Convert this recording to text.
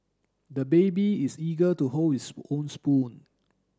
the baby is eager to hold his own spoon